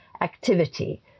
activity